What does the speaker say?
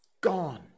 Gone